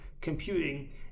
computing